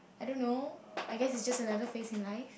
I don't know I guess it is just another phase in life